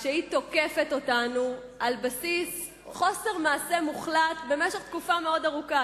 כשהיא תוקפת אותנו על בסיס חוסר מעשה מוחלט במשך תקופה מאוד ארוכה.